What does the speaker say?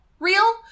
real